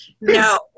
No